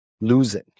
losing